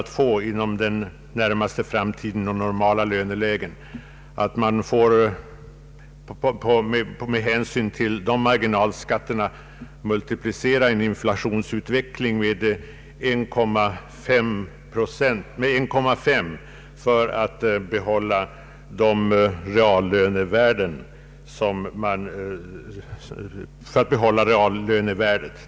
Om jag inte missminner mig så framhåller han att med de marginalskatter som föreslås i propositionen måste en lön i ett normalt löneläge höjas med ett procenttal motsvarande 1,5 gånger inflationen för att lönens realvärde skall behållas.